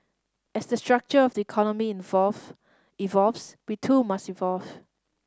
as the structure of the economy evolve evolves we too must evolve